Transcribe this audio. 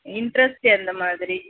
interest எந்தமாதிரி